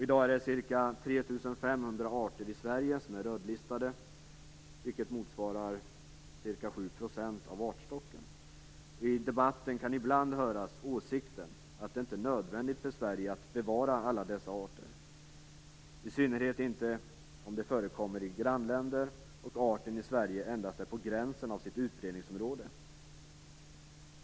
I dag är ca 3 500 arter i Sverige rödlistade, vilket motsvarar ca 7 % av artstocken. I debatten kan ibland höras åsikten att det inte är nödvändigt för Sverige att bevara alla dessa arter, i synnerhet inte om de förekommer i våra grannländer och arten i Sverige endast är på gränsen av sitt utbredningsområde.